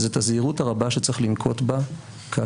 זה את הזהירות הרבה שצריך לנקוט בה כאשר